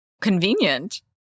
Convenient